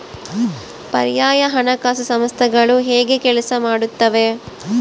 ಪರ್ಯಾಯ ಹಣಕಾಸು ಸಂಸ್ಥೆಗಳು ಹೇಗೆ ಕೆಲಸ ಮಾಡುತ್ತವೆ?